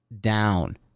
down